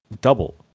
double